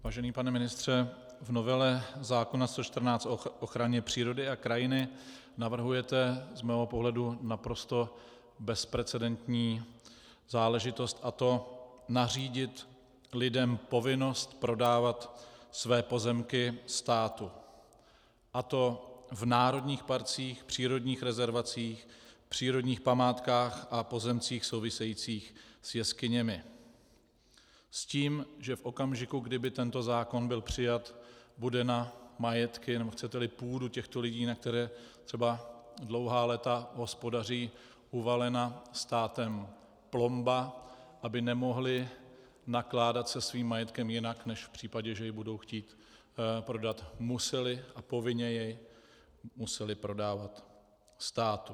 Vážený pane ministře, v novele zákona 114 o ochraně přírody a krajiny navrhujete z mého pohledu naprosto bezprecedentní záležitost, a to nařídit lidem povinnost prodávat své pozemky státu, a to v národních parcích, přírodních rezervacích, přírodních památkách a pozemcích souvisejících s jeskyněmi, s tím, že v okamžiku, kdy by tento zákon byl přijat, bude na majetky, nebo chceteli půdu těchto lidí, na které třeba dlouhá léta hospodaří, uvalena státem plomba, aby nemohli nakládat se svým majetkem jinak, než že by v případě, že jej budou chtít prodat, museli a povinně jej museli prodávat státu.